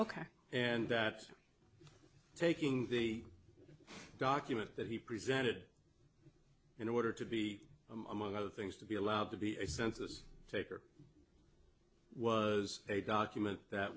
ok and that taking the document that he presented in order to be among other things to be allowed to be a census taker was a document that